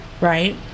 right